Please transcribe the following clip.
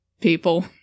people